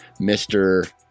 Mr